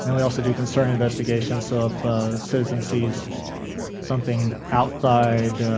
and we also do concern investigations. so, if a citizen sees something outside,